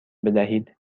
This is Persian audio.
بدهید